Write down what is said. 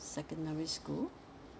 secondary school